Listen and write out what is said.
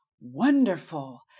wonderful